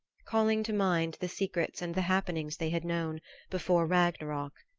calling to mind the secrets and the happenings they had known before ragnarok,